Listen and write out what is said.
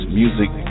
music